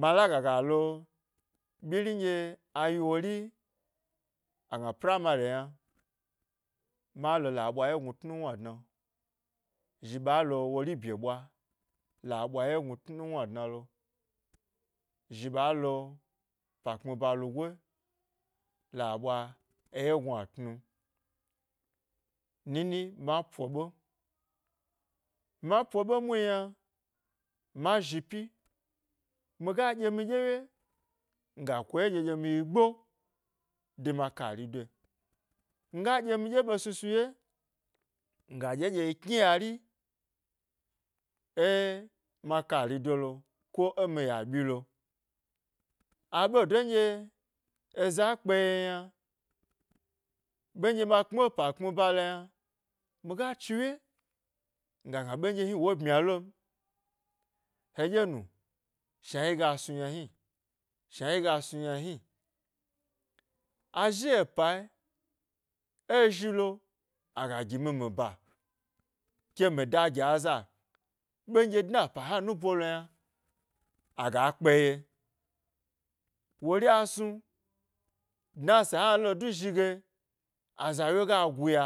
Ma laga ga lo ɓyiri nɗye a yi wori agna primary yna ma lo la ɓwaye gnu tnuwni dna, zhi ɓa lo wori bye ɓwa la ɓwa ye gnu tnuwni dnalo zhi ɓa lo pa kpmi ba lugoi la ɓwa eye gnuatnu nini ma po ɓe, ma po ɓe muhni yna ma zhi pyi miga ɗye mi ɗye ye, ga kuji ɗye ɗye miyi gbo de ma kari doe, miga dye mi ɗye ɓe snu snu ye nga ɗye ɗye yi kniyari ė ma kari dolo ko e mi ya ɓyi lo a ɓe do nɗye eza kpe yen yna ɓe nɗye ma kpmi pa kpmi ba lo yna miga chiwye nga gna ɓen ɗye hni wo ɓmya lom hedyi nu, shna yiga snu yna, hni, shna yiga snu yna hni a zhi ė pa, ė zhilo aga gimi mi ba ke mi da gi aza ɓe nɗye dna epa hna rubo lo yna ga kpeye woria snu dna esa hnato du zhi ye aza loye ga giula